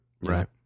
Right